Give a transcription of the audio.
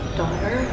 daughter